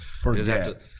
Forget